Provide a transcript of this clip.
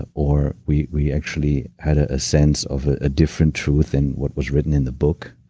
ah or we we actually had ah a sense of a different truth than what was written in the book,